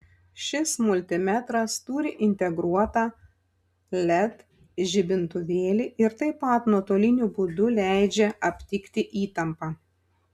šis multimetras turi integruotą led žibintuvėlį ir taip pat nuotoliniu būdu leidžia aptikti įtampą